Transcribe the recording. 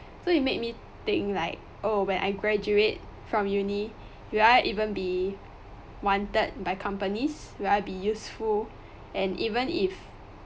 so it made me think like oh when I graduate from uni would I even be wanted by companies would I be useful and even if